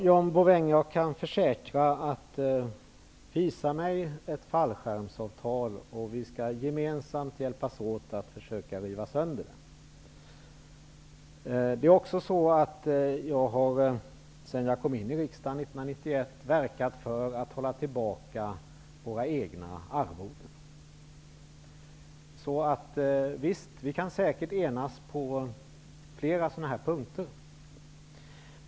Herr talman! Jag kan försäkra John Bouvin att om han visar mig ett fallskärmsavtal skall vi gemensamt hjälpas åt att försöka riva sönder det. Jag har sedan jag kom in i riksdagen 1991 verkat för att hålla tillbaka våra egna arvoden. Visst, vi kan säkert enas på flera punkter.